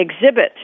exhibit